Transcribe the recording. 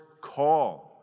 call